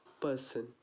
person